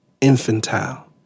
infantile